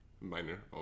Minor